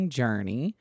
journey